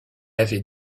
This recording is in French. avait